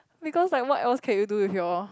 because like what else can you do with your